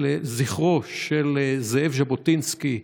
זכרו של זאב ז'בוטינסקי,